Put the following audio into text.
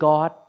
God